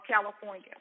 California